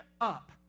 up